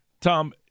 Tom